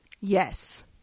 Yes